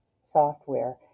software